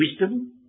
wisdom